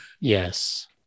Yes